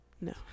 No